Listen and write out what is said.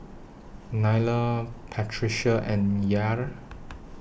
Nyla Patricia and Yair